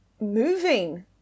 moving